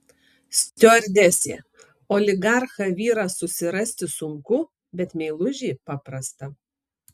stiuardesė oligarchą vyrą susirasti sunku bet meilužį paprasta